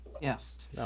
Yes